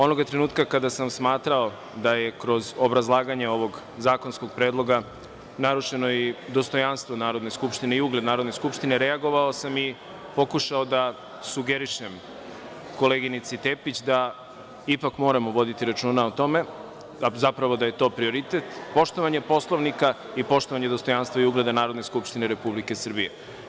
Onoga trenutka kada sam smatrao da je kroz obrazlaganje ovog zakonskog predloga narušeno i dostojanstvo i ugled Narodne skupštine, reagovao sam i pokušao da sugerišem koleginici Tepić da ipak moramo voditi računa o tome, zapravo da je to prioritet, poštovanje Poslovnika i poštovanje dostojanstva i ugleda Narodne skupštine Republike Srbije.